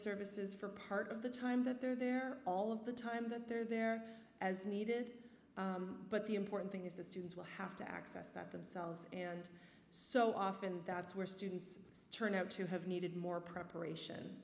services for part of the time that they're there all of the time that they're there as needed but the important thing is that students will have to access that themselves and so often that's where students turn out to have needed more preparation